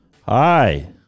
hi